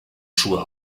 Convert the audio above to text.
schuhe